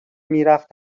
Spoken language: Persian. میرفت